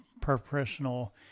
professional